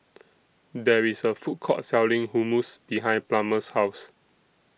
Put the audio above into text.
There IS A Food Court Selling Hummus behind Plummer's House